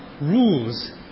rules